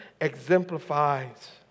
exemplifies